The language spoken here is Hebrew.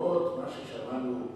שלמרות כל מה ששמענו,